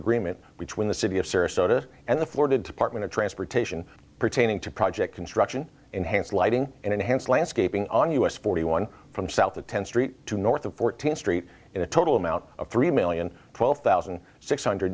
agreement between the city of sarasota and the florida department of transportation pertaining to project construction enhanced lighting and enhanced landscaping on us forty one from south to ten st to north of fourteenth street in a total amount of three million twelve thousand six